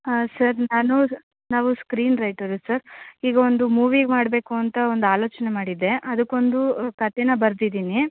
ಹಾಂ ಸರ್ ನಾನು ನಾವು ಸ್ಕ್ರೀನ್ ರೈಟರು ಸರ್ ಈಗ ಒಂದು ಮೂವಿ ಮಾಡಬೇಕು ಅಂತ ಒಂದು ಆಲೋಚನೆ ಮಾಡಿದ್ದೆ ಅದಕ್ಕೊಂದು ಉ ಕತೆನ ಬರ್ದಿದ್ದೀನಿ